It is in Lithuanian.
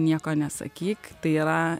nieko nesakyk tai yra